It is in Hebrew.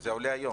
זה עולה היום.